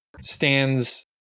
stands